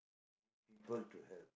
we need people to help